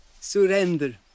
Surrender